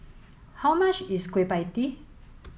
how much is Kueh Pie Tee